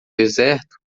deserto